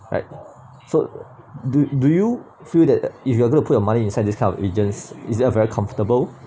right so do do you feel that if you want to put your money inside this kind of agents is that very comfortable